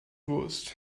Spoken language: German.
wurst